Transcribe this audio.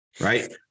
right